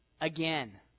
Again